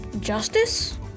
Justice